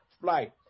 flight